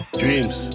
dreams